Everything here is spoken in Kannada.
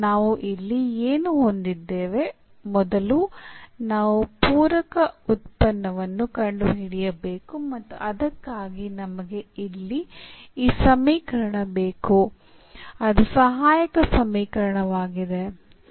ನಾವು ಇಲ್ಲಿ ಏನು ಹೊಂದಿದ್ದೇವೆ ಮೊದಲು ನಾವು ಪೂರಕ ಉತ್ಪನ್ನವನ್ನು ಕಂಡುಹಿಡಿಯಬೇಕು ಮತ್ತು ಅದಕ್ಕಾಗಿ ನಮಗೆ ಇಲ್ಲಿ ಈ ಸಮೀಕರಣ ಬೇಕು ಅದು ಸಹಾಯಕ ಸಮೀಕರಣವಾಗಿದೆ